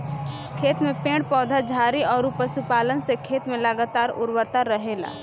खेत में पेड़ पौधा, झाड़ी अउरी पशुपालन से खेत में लगातार उर्वरता रहेला